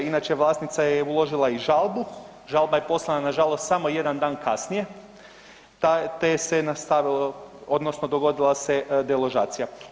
Inače vlasnica je uložila i žalbu, žalba je poslana nažalost samo jedan dan kasnije te se je nastavilo odnosno dogodila se deložacija.